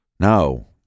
no